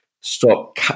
stop